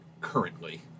currently